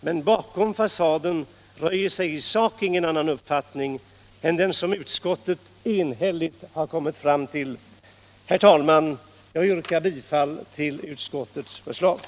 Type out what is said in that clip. Men bakom fasaden döljer sig i sak ingen annan uppfattning än den som utskottet enhälligt har kommit fram till. Herr talman! Jag yrkar bifall till utskottets hemställan.